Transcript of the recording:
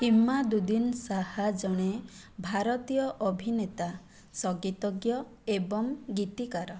ଇମାଦୁଦ୍ଦିନ ଶାହା ଜଣେ ଭାରତୀୟ ଅଭିନେତା ସଂଗୀତଜ୍ଞ ଏବଂ ଗୀତିକାର